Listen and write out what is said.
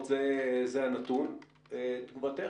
תגובתך.